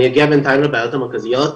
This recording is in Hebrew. אני אגיע בינתיים לבעיות המרכזיות,